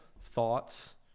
thoughts